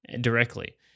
Directly